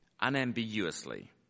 unambiguously